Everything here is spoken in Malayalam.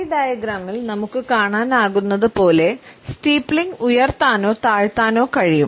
ഈ ഡയഗ്രാമിൽ നമുക്ക് കാണാനാകുന്നതുപോലെ സ്റ്റീപ്ലിംഗ് ഉയർത്താനോ താഴ്ത്താനോ കഴിയും